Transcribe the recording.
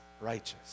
righteous